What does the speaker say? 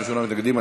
28 מתנגדים,